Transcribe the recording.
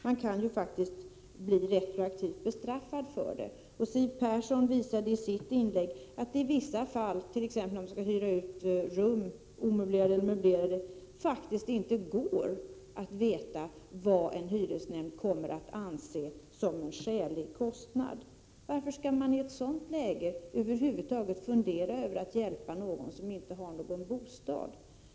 Man kan faktiskt bli retroaktivt bestraffad för det. Siw Persson visade i sitt inlägg att man i vissa fall, t.ex. om man skall hyra ut ett möblerat eller omöblerat rum, faktiskt inte kan veta vad hyresnämnden anser vara skälig kostnad. Varför skall man i sådant läge över huvud taget fundera över att hjälpa någon som inte har en bostad?